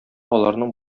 аларның